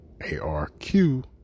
ARQ